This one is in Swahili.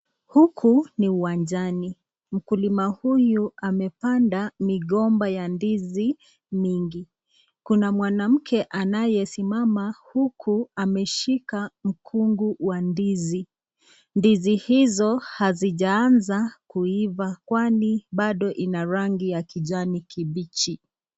Huku ni uwanjani mkulima huyu amepanda migomba ya ndizi mingi. Kuna mwanamke anayesimama huku ameshika mkungu wa ndizi. Ndizi hizo hazijaanza kuiva kwani bado ina rangi ya kijani kibichi.